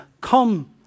Come